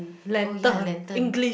oh ya lantern